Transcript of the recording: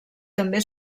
també